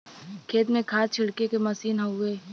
खेत में खाद छिड़के के मसीन हउवे